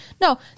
No